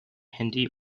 hindi